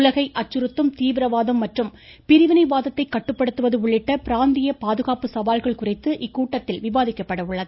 உலகை அச்சுறுத்தும் தீவிரவாதம் மற்றும் பிரிவினை வாதத்தை கட்டுப்படுத்துவது உள்ளிட்ட பிராந்திய பாதுகாப்பு சவால்கள் குறித்து இக்கூட்டத்தில் விவாதிக்கப்பட உள்ளது